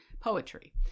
poetry